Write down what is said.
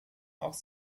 auch